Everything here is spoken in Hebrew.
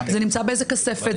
זה נמצא באיזה כספת,